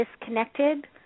disconnected